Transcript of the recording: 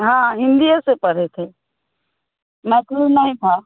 हाँ हिंदी ही से पढ़े थे मैथली नहीं था